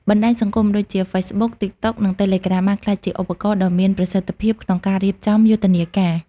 បណ្ដាញសង្គមដូចជា ហ្វេសបុក, តីកតុក, និង តេលេក្រាម បានក្លាយជាឧបករណ៍ដ៏មានប្រសិទ្ធភាពក្នុងការរៀបចំយុទ្ធនាការ។